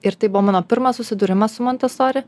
ir tai buvo mano pirmas susidūrimas su montesori